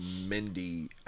Mindy